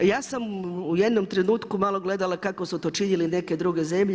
Ja sam u jednom trenutku malo gledala kako su to činile neke druge zemlje.